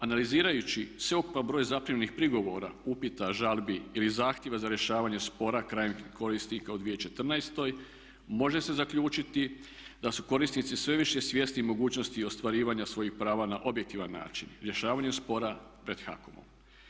Analizirajući sveukupan broj zaprimljenih prigovora, upita, žalbi ili zahtjeva za rješavanje spora krajnjih korisnika u 2014. može se zaključiti da su korisnici sve više svjesni mogućnosti ostvarivanja svojih prava na objektivan način rješavanjem spora pred HAKOM-om.